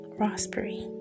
raspberry